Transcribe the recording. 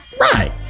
Right